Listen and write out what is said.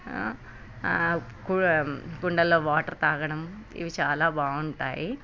కుం కుండల్లో వాటర్ తాగడం ఇవి చాలా బాగుంటాయి